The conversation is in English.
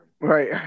Right